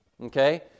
okay